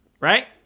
Right